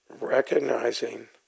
Recognizing